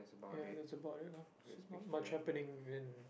ya that's about it lah so not much happening in